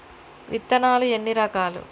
విత్తనాలు ఎన్ని రకాలు?